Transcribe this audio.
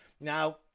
Now